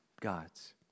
God's